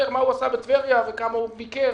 מה הוא עשה בטבריה וכמה פעמים הוא ביקר,